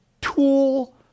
Tool